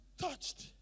touched